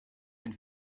and